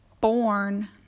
born